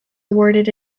awarded